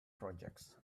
projects